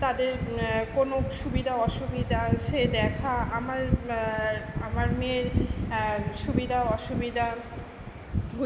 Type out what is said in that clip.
তাঁদের কোনো সুবিধা অসুবিধা সে দেখা আমার আমার মেয়ের সুবিধা অসুবিধা গুলো